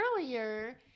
earlier